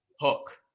Hook